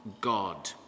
God